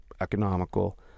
economical